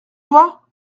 toi